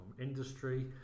industry